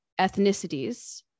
ethnicities